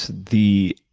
the